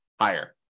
higher